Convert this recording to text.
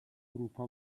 اروپا